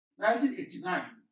1989